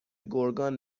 گرگان